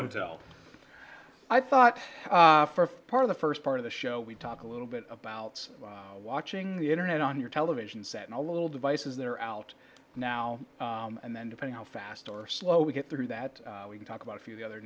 until i thought for part of the first part of the show we talked a little bit about watching the internet on your television set a little devices that are out now and then depending how fast or slow we get through that we can talk about a few other